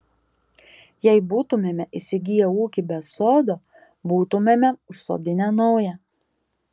jei būtumėme įsigiję ūkį be sodo būtumėme užsodinę naują